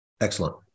Excellent